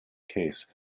case